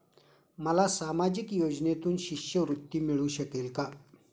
मला सामाजिक योजनेतून शिष्यवृत्ती मिळू शकेल का?